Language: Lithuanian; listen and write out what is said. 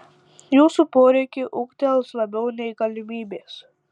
jūsų poreikiai ūgtels labiau nei galimybės